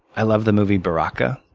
i love the movie baraka.